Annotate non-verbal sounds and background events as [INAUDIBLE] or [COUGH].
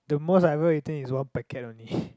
the most I will I think is one packet only [BREATH]